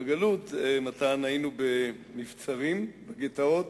בגלות, מתן, היינו במבצרים, בגטאות,